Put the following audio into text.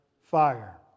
fire